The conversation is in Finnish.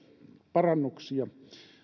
parannuksia